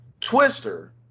Twister